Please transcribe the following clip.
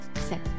set